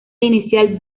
inicial